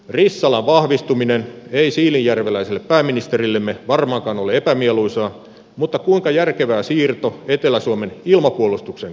rissalan vahvistuminen ei siilinjärveläiselle pääministerillemme varmaankaan ole epämieluisaa mutta kuinka järkevää siirto etelä suomen ilmapuolustuksen kannalta on